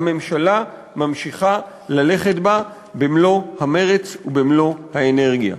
הממשלה ממשיכה ללכת בה במלוא המרץ ובמלוא האנרגיה.